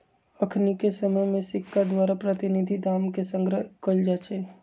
अखनिके समय में सिक्का द्वारा प्रतिनिधि दाम के संग्रह कएल जाइ छइ